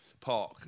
Park